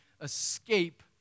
escape